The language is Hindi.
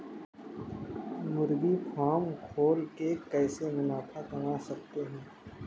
मुर्गी फार्म खोल के कैसे मुनाफा कमा सकते हैं?